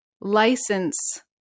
license